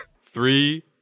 Three